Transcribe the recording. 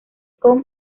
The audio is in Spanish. con